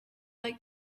like